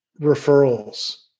referrals